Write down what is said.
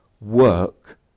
work